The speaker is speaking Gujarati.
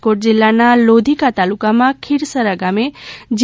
રાજકોટ જિલ્લાના લોધિકા તાલુકામાં ખીરસરા ગામે જી